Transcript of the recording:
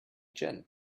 gin